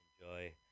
enjoy